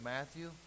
Matthew